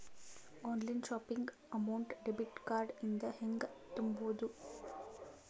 Online shopping amount debit card ಇಂದ ಹೆಂಗ್ ತುಂಬೊದು?